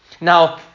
Now